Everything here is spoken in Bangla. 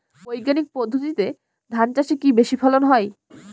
বৈজ্ঞানিক পদ্ধতিতে ধান চাষে কি বেশী ফলন হয়?